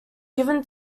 given